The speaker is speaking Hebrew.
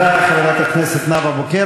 מפלגת הליכוד --- תודה, חברת הכנסת נאוה בוקר.